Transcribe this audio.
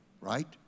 Right